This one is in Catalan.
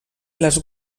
les